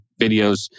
videos